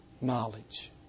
knowledge